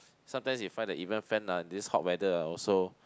sometimes you find that even fan ah this hot weather ah also